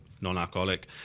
non-alcoholic